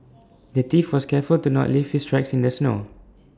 the thief was careful to not leave his tracks in the snow